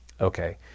okay